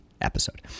episode